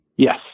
Yes